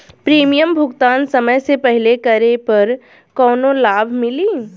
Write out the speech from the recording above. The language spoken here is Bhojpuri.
प्रीमियम भुगतान समय से पहिले करे पर कौनो लाभ मिली?